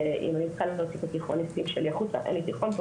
אם אני צריכה להוציא את התיכוניסטים שלי החוצה אין לי תיכון פה,